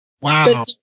Wow